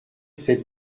sept